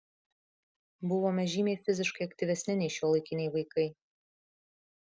buvome žymiai fiziškai aktyvesni nei šiuolaikiniai vaikai